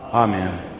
amen